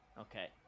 Okay